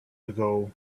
ago